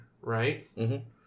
right